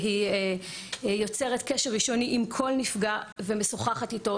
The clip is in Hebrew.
והיא יוצרת קשר ראשוני עם כל נפגע ומשוחחת איתו,